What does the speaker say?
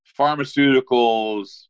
pharmaceuticals